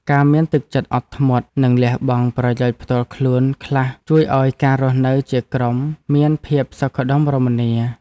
ការមានទឹកចិត្តអត់ធ្មត់ និងលះបង់ប្រយោជន៍ផ្ទាល់ខ្លួនខ្លះជួយឱ្យការរស់នៅជាក្រុមមានភាពសុខដុមរមនា។